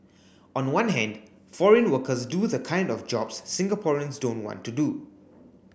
on one hand foreign workers do the kind of jobs Singaporeans don't want to do